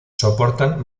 soportan